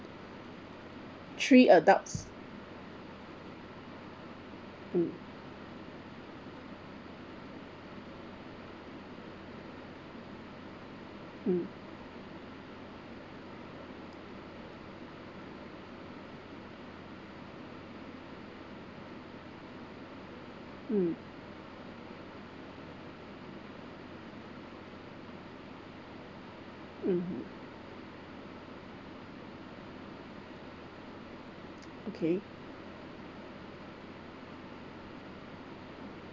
three adults hmm hmm hmm mmhmm okay